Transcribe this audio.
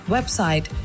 Website